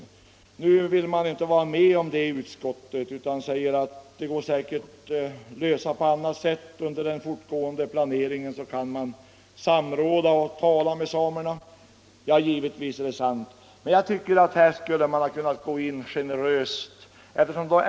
I utskottet vill man inte vara med om det utan säger att det går säkert att lösa frågan på annat sätt — under den fortgående planeringen kan man samråda med samerna. Det är givetvis sant, men jag tycker att man skulle kunna vara generös mot samerna.